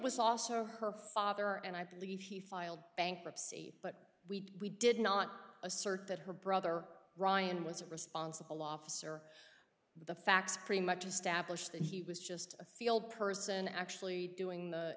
was also her father and i believe she filed bankruptcy but we did not assert that her brother ryan was responsible officer the facts pretty much established that he was just a field person actually doing the